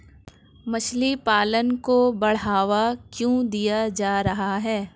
मछली पालन को बढ़ावा क्यों दिया जा रहा है?